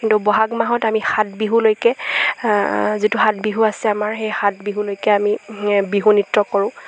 কিন্তু বহাগ মাহত আমি সাত বিহুলৈকে যিটো সাত বিহু আছে আমাৰ সেই সাত বিহুলৈকে আমি বিহু নৃত্য কৰোঁ